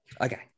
Okay